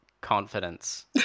confidence